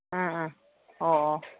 ꯑꯥ ꯑꯥ ꯑꯣ ꯑꯣ